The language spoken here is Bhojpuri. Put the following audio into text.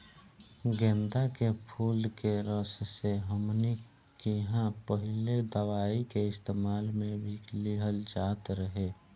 गेन्दा के फुल के रस से हमनी किहां पहिले दवाई के इस्तेमाल मे भी लिहल जात रहे